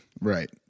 right